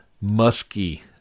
musky